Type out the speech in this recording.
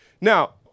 Now